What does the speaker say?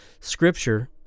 Scripture